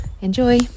Enjoy